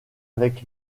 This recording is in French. avec